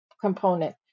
component